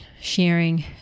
sharing